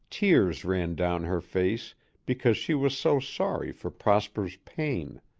tears ran down her face because she was so sorry for prosper's pain.